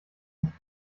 nicht